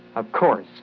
of course.